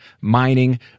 mining